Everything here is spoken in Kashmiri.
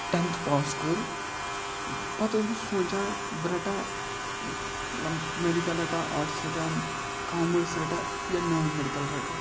ٹٮ۪نتھٕ پاس کوٚر پَتہٕ اوسُس بہٕ سونٛچان بہٕ رَٹا ملب میٚڈِکَل رَٹا آٹٕس رَٹان کامٲرٕس رَٹا یا نان میٚڈِکَل رَٹا